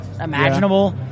imaginable